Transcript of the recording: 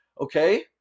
Okay